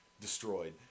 destroyed